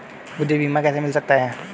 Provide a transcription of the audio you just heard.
मुझे बीमा कैसे मिल सकता है?